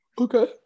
Okay